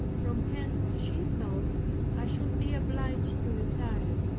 from whence she thought i should be obliged to retire.